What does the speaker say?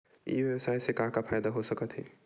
ई व्यवसाय से का का फ़ायदा हो सकत हे?